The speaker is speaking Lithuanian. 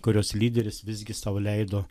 kurios lyderis visgi sau leido